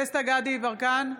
יברקן,